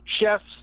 chefs